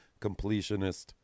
completionist